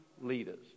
leaders